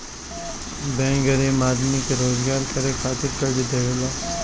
bank गरीब आदमी के रोजगार करे खातिर कर्जा देवेला